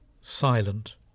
silent